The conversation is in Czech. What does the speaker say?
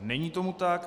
Není tomu tak.